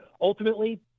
ultimately –